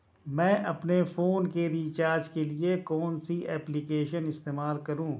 मैं अपने फोन के रिचार्ज के लिए कौन सी एप्लिकेशन इस्तेमाल करूँ?